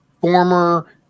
former